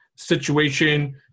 situation